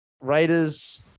Raiders